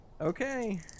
Okay